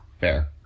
fair